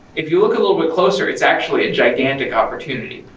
if you look a little bit closer it's actually a gigantic opportunity.